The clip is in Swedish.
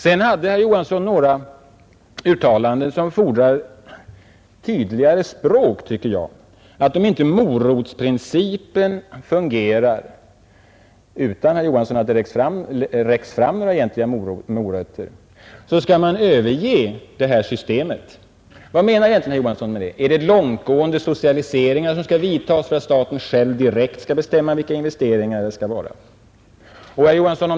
Herr Johansson gjorde vidare vissa uttalanden som skulle ha krävt ett tydligare språk: Om inte morotsprincipen fungerade så skulle man — även om det, herr Johansson, egentligen inte sträckts fram några morötter — överge detta system. Vad menar egentligen herr Johansson med det? Skall det vidtas långtgående socialiseringar för att staten själv direkt skall kunna bestämma vilka investeringar som skall göras?